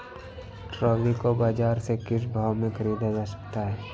Trolley को बाजार से किस भाव में ख़रीदा जा सकता है?